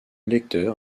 lecteur